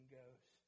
goes